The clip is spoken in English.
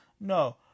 No